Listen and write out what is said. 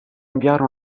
inviare